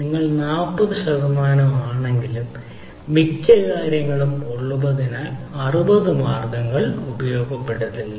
നിങ്ങൾ 40 ശതമാനം ആണെങ്കിൽ മിക്ക കാര്യങ്ങളും ഉള്ളതിനാൽ 60 മാർഗങ്ങൾ ഉപയോഗപ്പെടുത്തിയിട്ടില്ല